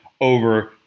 over